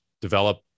develop